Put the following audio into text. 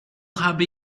habe